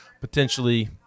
potentially